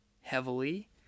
heavily